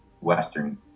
Western